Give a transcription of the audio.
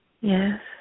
Yes